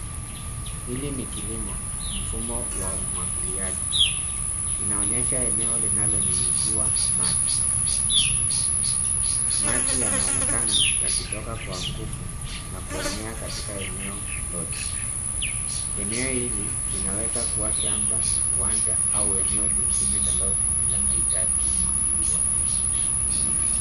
Hili ni kilimo, mfumo wa umwagiliaji. Inaonyesha eneo linalo nyunyiziwa maji. Maji yanaonekana yakitoka kwa nguvu ,yakienea katika eneo lote. Eneo hili linawezakua shamba, uwanja au eneo lingine lolote linalohitaji kumwagiliwa.